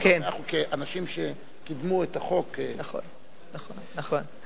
כאנשים שקידמו את החוק, נכון, נכון.